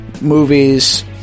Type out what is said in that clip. movies